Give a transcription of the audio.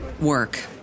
work